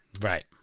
Right